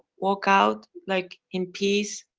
walk out like in peace,